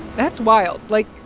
that's wild. like,